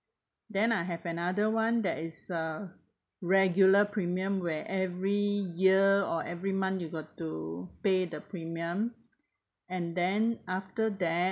then I have another one that is a regular premium where every year or every month you got to pay the premium and then after that